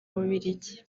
bubiligi